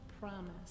promise